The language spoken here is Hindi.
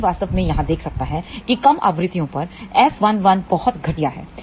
कोई भी वास्तव में यहाँ देख सकता है कि कम आवृत्तियों पर S11 बहुत घटिया है